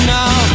now